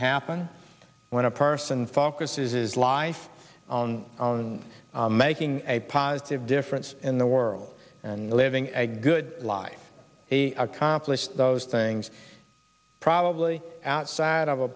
happen when a person focuses his life on making a positive difference in the world and living a good life he accomplished those things probably outside of a